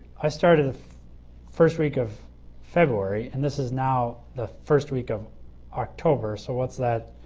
i started the first week of february and this is now the first week of october. so what's that,